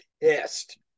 pissed